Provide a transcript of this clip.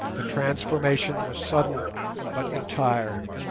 the transformation was sudden but entire.